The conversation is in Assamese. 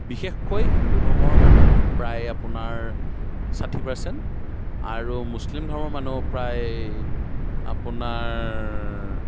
বিশেষকৈ হিন্দু ধৰ্মৰ মানুহ প্ৰায় আপোনাৰ ষাঠি পাৰচেন্ট আৰু মুছলিম ধৰ্মৰ মানুহ প্ৰায় আপোনাৰ